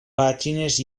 pàgines